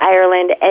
Ireland